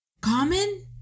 common